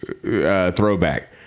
throwback